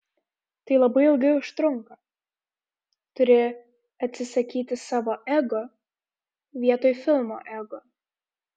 tai labai ilgai užtrunka turi atsisakyti savo ego vietoj filmo ego